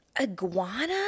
Iguana